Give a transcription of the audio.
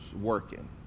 working